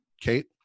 Kate